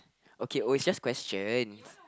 okay it was just question